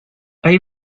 hay